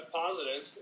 positive